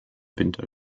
winter